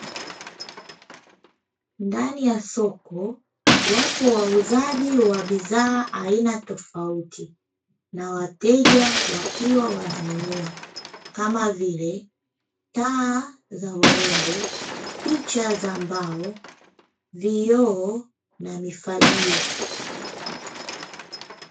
Ndani ya soko wapo wauzaji wa bidhaa aina tofauti na wateja wakiwa wananunua, kama vile: taa za urembo, picha za mbao, vioo na mifagio.